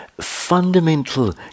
fundamental